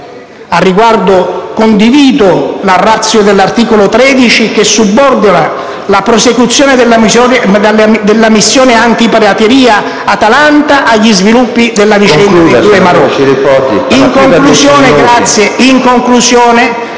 Al riguardo, condivido la *ratio* dell'articolo 13, che subordina la prosecuzione della missione antipirateria Atalanta agli sviluppi della vicenda dei due marò.